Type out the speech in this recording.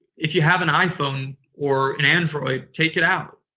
if you have an iphone or an android, take it out.